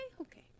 okay